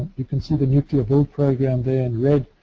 we can see the nuclear bill program there in red.